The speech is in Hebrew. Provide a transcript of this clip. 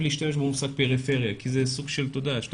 להשתמש במושג פריפריה כי אתה מבדיל.